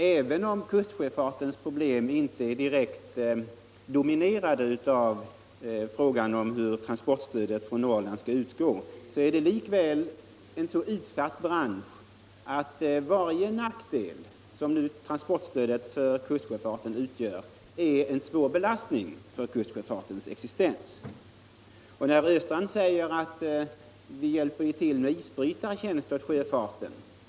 Även om kustsjöfartens problem inte är direkt dominerade av frågan om hur transportstödet för Norrland skall utgå, är detta likväl en så utsatt bransch att varje nackdel sådan som den transportstödet utgör är en svår belastning för kustsjöfarten. Herr Östrand säger att vi hjälper till med isbrytartjänst för sjöfarten.